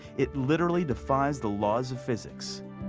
it literally defies the laws of physics.